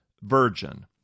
virgin